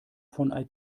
von